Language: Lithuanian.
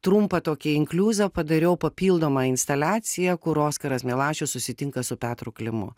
trumpą tokį inkliuzą padariau papildomą instaliaciją kur oskaras milašius susitinka su petru klimu